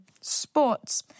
Sports